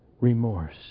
remorse